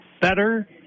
better